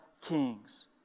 kings